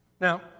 Now